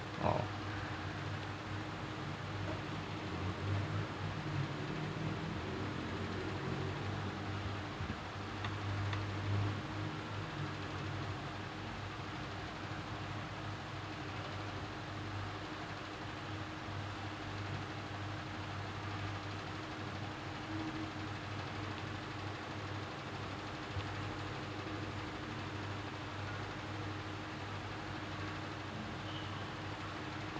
oh